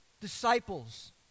disciples